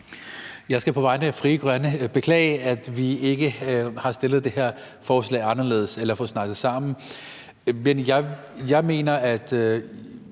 Jeg skal på vegne af Frie Grønne beklage, at vi ikke har fremsat det her forslag anderledes eller fået snakket sammen. Men jeg ser det